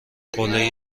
قله